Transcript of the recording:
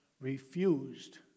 refused